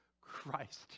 Christ